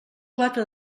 quatre